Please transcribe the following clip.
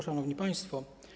Szanowni Państwo!